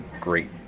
great